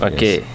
Okay